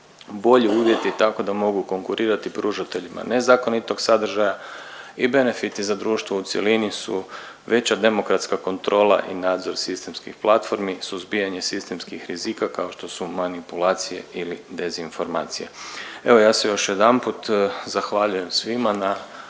bolji uvjeti tako da mogu konkurirati pružateljima nezakonitog sadržaja i benefiti za društvo u cjelini su veća demokratska kontrola i nadzor sistemskih platformi, suzbijanje sistemskih rizika kao što su manipulacije ili dezinformacije. Evo ja se još jedanput zahvaljujem svima na